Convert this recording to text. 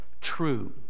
true